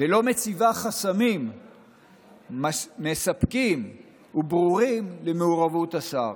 ולא מציבה חסמים מספקים וברורים למעורבות השר.